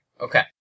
Okay